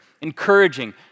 encouraging